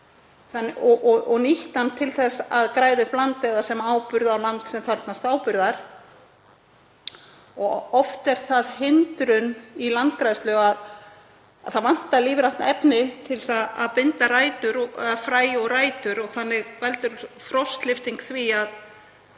og nýtt hann til að græða upp land eða sem áburð á land sem þarfnast áburðar. Oft er það hindrun í landgræðslu að það vantar lífrænt efni til að binda fræ og rætur og þannig veldur frostlyfting því að